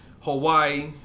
Hawaii